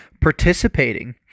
participating